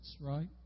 right